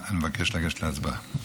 אני מבקש לגשת להצבעה.